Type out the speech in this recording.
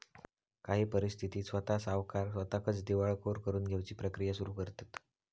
काही परिस्थितीत स्वता सावकार स्वताकच दिवाळखोर करून घेउची प्रक्रिया सुरू करतंत